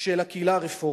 של הקהילה הרפורמית.